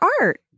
art